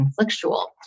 conflictual